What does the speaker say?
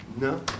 No